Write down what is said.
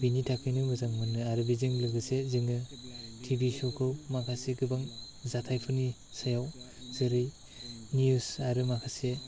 बिनि थाखायनो मोजां मोनो आरो बेजों लोगोसे जोङो टिभि श'खौ माखासे गोबां जाथाइफोरनि सायाव जेरै न्युज आरो माखासे